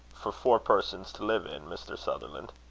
for four persons to live in, mr. sutherland?